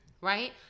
Right